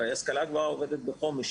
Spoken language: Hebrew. השנה הנוכחית